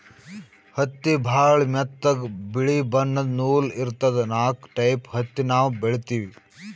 ಹತ್ತಿ ಭಾಳ್ ಮೆತ್ತಗ ಬಿಳಿ ಬಣ್ಣದ್ ನೂಲ್ ಇರ್ತದ ನಾಕ್ ಟೈಪ್ ಹತ್ತಿ ನಾವ್ ಬೆಳಿತೀವಿ